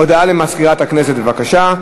הודעה למזכירת הכנסת, בבקשה.